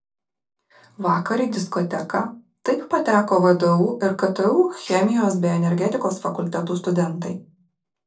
vakar į diskoteką taip pateko vdu ir ktu chemijos bei energetikos fakultetų studentai